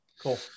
Cool